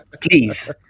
please